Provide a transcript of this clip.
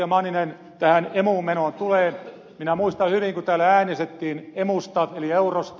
manninen emuun menoon tulee minä muistan hyvin kun täällä äänestettiin emusta eli eurosta